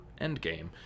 Endgame